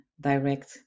direct